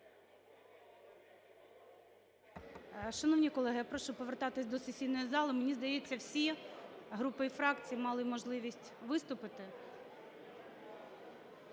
Шановні колеги, я прошу повертатися до сесійної зали. Мені здається, всі групи і фракції мали можливість виступити